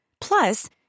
Plus